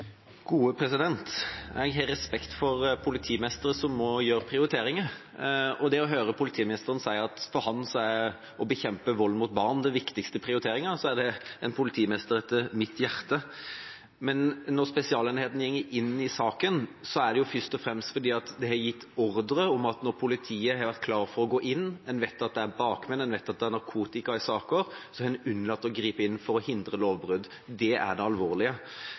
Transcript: må gjøre prioriteringer, og det å høre politimesteren si at for han er det å bekjempe vold mot barn den viktigste prioriteringen – det er en politimester etter mitt hjerte. Men når spesialenheten går inn i saken, er det jo først og fremst fordi når politiet har vært klar for å gå inn – en vet at det er bakmenn, en vet at det er narkotika i saker – er det gitt ordre om å unnlate å gripe inn for å hindre lovbrudd. Det er det alvorlige.